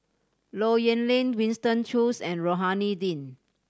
Low Yen Ling Winston Choos and Rohani Din